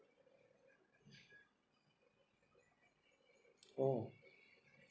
orh